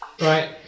Right